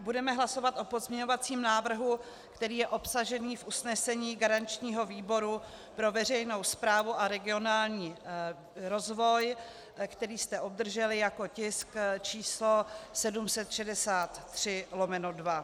Budeme hlasovat o pozměňovacím návrhu, který je obsažený v usnesení garančního výboru pro veřejnou zprávu a regionální rozvoj, které jste obdrželi jako tisk číslo 763/2.